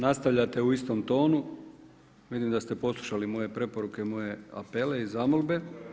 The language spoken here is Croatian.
Nastavljate u istom tonu, vidim da ste poslušali moje preporuke i moje apele i zamolbe.